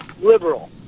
liberal